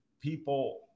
people